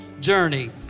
journey